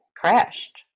crashed